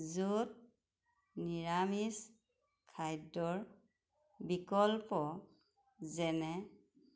য'ত নিৰামিছ খাদ্যৰ বিকল্প যেনে